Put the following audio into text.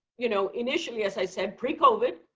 you know, initially as i said, pre-covid,